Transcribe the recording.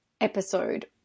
episode